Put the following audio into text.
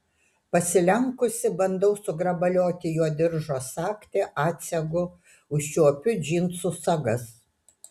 pasilenkusi bandau sugrabalioti jo diržo sagtį atsegu užčiuopiu džinsų sagas